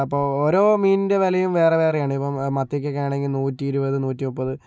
അപ്പോൾ ഓരോ മീനിൻ്റെ വിലയും വേറെ വേറെയാണ് ഇപ്പോൾ മത്തിക്കൊക്കെയാണെങ്കിൽ നൂറ്റി ഇരുപത് നൂറ്റി മുപ്പത്